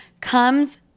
comes